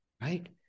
right